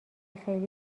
خیلی